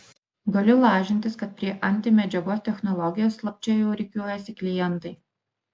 galiu lažintis kad prie antimedžiagos technologijos slapčia jau rikiuojasi klientai